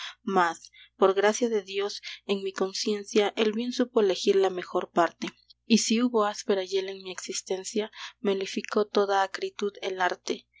mas por gracia de dios en mi conciencia el bien supo elegir la mejor parte y si hubo áspera hiel en mi existencia melificó toda acritud el arte